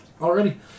Already